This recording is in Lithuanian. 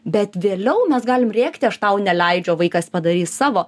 bet vėliau mes galim rėkti aš tau neleidžiu onvaikas padarys savo